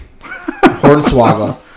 Hornswoggle